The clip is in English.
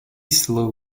slow